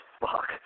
fuck